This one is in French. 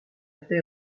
paix